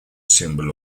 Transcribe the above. symbol